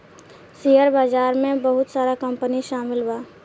share बाजार में बहुत सारा कंपनी शामिल बा